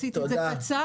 עשיתי את זה קצר.